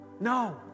No